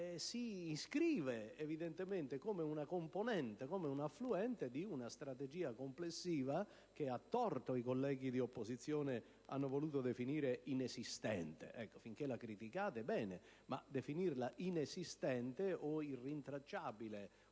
si inscrive come una componente di una strategia complessiva, che a torto i colleghi dell'opposizione hanno voluto definire inesistente; finché la criticate va bene, ma definirla inesistente, irrintracciabile